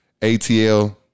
ATL